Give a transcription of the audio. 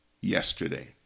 yesterday